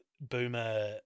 Boomer